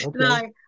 okay